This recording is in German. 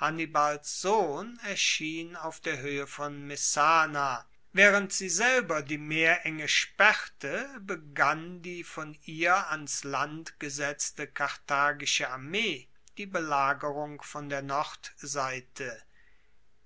hannibals sohn erschien auf der hoehe von messana waehrend sie selber die meerenge sperrte begann die von ihr ans land gesetzte karthagische armee die belagerung von der nordseite